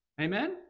Amen